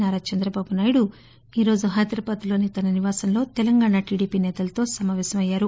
నారాచంద్రబాబునాయుడు ఈరోజు హైదరాబాద్ లోని తన నివాసంలో తెలంగాణ టిడిపి సేతలతో సమాపేశమయ్యారు